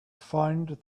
find